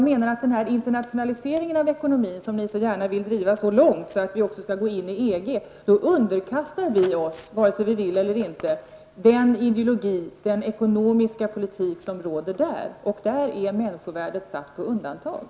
Den internationalisering av ekonomin som ni så gärna vill driva så långt att vi också skall gå in i EG, innebär att vi underkastar oss den ideologi och den ekonomiska politik som råder där vare sig vi vill eller inte. vare sig vi vill eller inte Där är människovärdet satt på undantag.